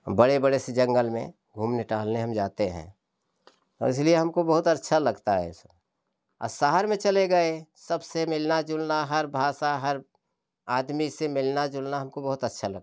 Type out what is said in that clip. बड़े बड़े जंगल में घूमने टहलने हम जाते हैं और इसलिए हमको बहुत अच्छा लगता है और शहर में चले गए सबसे मिलना जुलना हर भाषा हर आदमी से मिलना जुलना हमको बहुत अच्छा लगता है